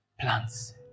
plants